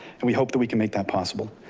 and we hope that we can make that possible.